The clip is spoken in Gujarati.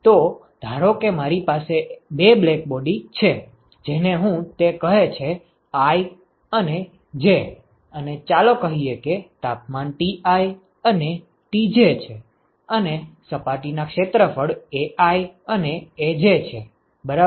તો ધારો કે મારી પાસે બે બ્લેકબોડી છે જેને હું તે કહે છે i અને j અને ચાલો કહીએ કે તાપમાન Ti અને Tj છે અને સપાટીનું ક્ષેત્રફળ Aiઅને Aj છે બરાબર